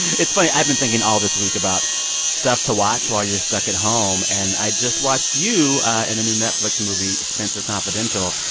it's funny i've been thinking all this week about stuff to watch while you're stuck at home. and i just watched you in a new netflix movie, spenser confidential.